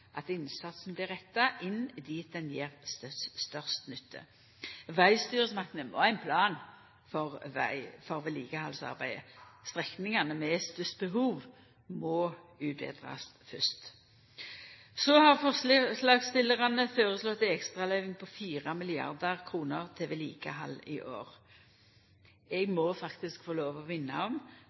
at innsatsen blir retta inn dit han gjev størst nytte. Vegstyresmaktene må ha ein plan for vedlikehaldsarbeidet. Strekningane med størst behov må utbetrast fyrst. Så har forslagsstillarane føreslått ei ekstra løyving på 4 mrd. kr til vedlikehald i år. Eg må faktisk få lov til å minna om